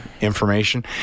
information